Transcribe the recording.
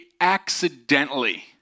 accidentally